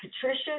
Patricia